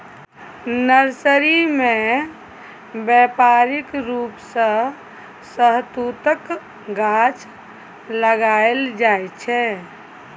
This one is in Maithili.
नर्सरी मे बेपारिक रुप सँ शहतुतक गाछ लगाएल जाइ छै